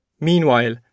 Meanwhile